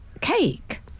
cake